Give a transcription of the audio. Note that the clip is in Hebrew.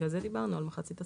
לכן דיברנו על מחצית הסכום.